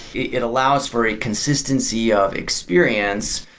it allows for a consistency of experience,